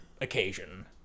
occasion